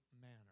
manner